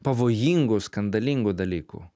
pavojingu skandalingu dalyku